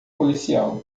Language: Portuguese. policial